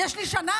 יש לי שנה?